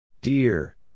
Dear